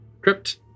crypt